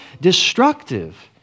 destructive